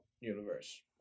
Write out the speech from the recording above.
universe